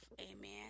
Amen